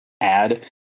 add